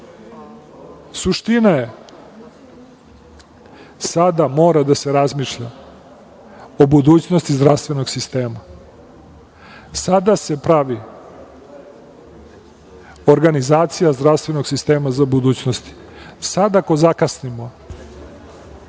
Suština je, sada mora da se razmišlja o budućnosti zdravstvenog sistema. Sada se pravi organizacija zdravstvenog sistema za budućnost. Sada ako zakasnimo,